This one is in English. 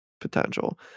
potential